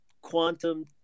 Quantum